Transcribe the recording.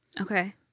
Okay